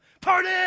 Party